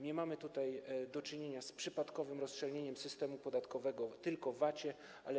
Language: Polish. Nie mamy tutaj do czynienia z przypadkowym rozszczelnieniem systemu podatkowego tylko w zakresie VAT-u.